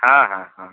हाँ हाँ हाँ